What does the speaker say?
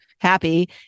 happy